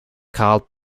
called